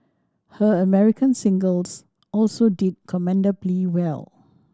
her American singles also did commendably well